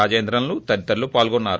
రాజేందరస్ తదితరులు పాల్గొన్నారు